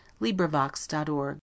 LibriVox.org